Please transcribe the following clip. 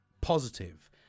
positive